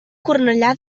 cornellà